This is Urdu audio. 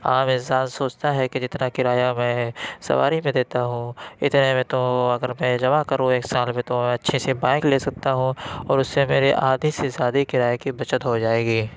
عام انسان سوچتا ہے کہ جتنا کرایہ میں سواری میں دیتا ہوں اتنے میں تو اگر میں جمع کروں ایک سال میں تو اچھے سے بائیک لے سکتا ہوں اور اُس سے میری آدھی سے زادی کرایے کی بچت ہو جائے گی